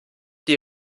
die